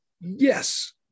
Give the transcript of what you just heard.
yes